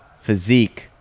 physique